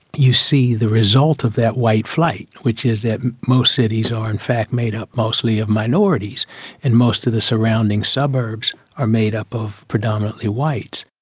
you see the result of that white flight, which is that most cities are in fact made up mostly of minorities and most of the surrounding suburbs are made up of predominantly whites.